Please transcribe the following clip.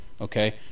Okay